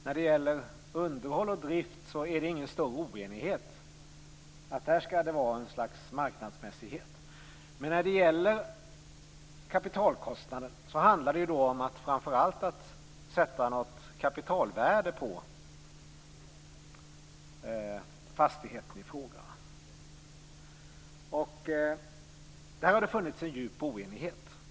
När det gäller underhåll och drift råder ingen större oenighet. Där skall en slags marknadsmässighet råda. Men när det gäller kapitalkostnaden handlar det framför allt om att sätta ett kapitalvärde på fastigheten i fråga. Där har det funnits en djup oenighet.